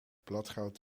bladgoud